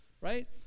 right